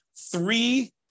three